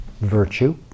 Virtue